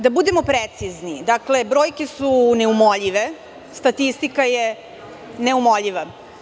Da budemo precizni, brojke su neumoljive, statistika je neumoljiva.